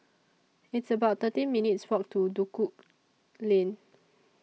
It's about thirteen minutes' Walk to Duku Lane